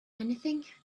anything